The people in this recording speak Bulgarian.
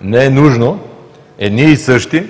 Не е нужно едни и същи